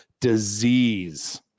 disease